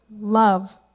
love